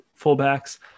fullbacks